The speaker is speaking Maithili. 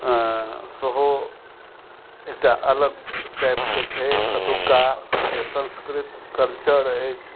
सेहो एकटा अलग टाइपके छै अतुक्का जे संस्कृत कल्चर अछि